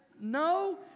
no